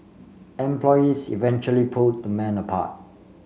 employees eventually pulled the men apart